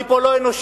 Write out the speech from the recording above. מי פה לא אנושי?